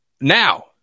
now